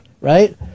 right